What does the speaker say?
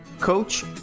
coach